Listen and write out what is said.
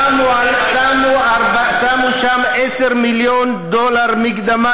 שמו שם 10 מיליון דולר מקדמה,